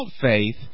faith